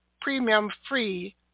premium-free